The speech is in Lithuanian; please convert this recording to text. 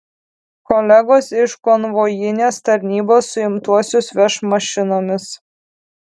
kolegos iš konvojinės tarnybos suimtuosius veš mašinomis